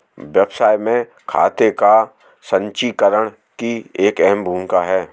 व्यवसाय में खाते का संचीकरण की एक अहम भूमिका है